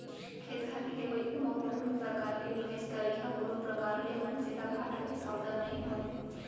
खेत खार के लेवई ओमा कोनो भी परकार के निवेस करई ह कोनो प्रकार ले मनसे ल घाटा के सौदा नइ होय